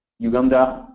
uganda,